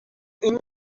این